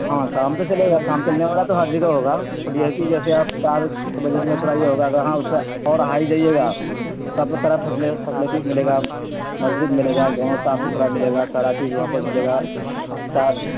ہاں کام تو چلے گا کام چلنے والا تو ہر جگہ ہوگا تو یہ ہے کہ جیسے آپ چار کے بجٹ میں تھوڑا یہ ہوگا اگر ہاں اسے اور ہ ہی جائیے گا تو آپ کو سارا فیسلٹی ملے گا مسجد ملے گا گاؤں صاف ستھرا ملے گا سارا چیز وہاں پر ملے گا س